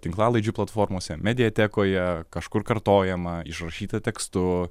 tinklalaidžių platformose mediatekoje kažkur kartojama išrašyta tekstu